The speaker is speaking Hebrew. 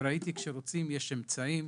וראיתי שיש אמצעים,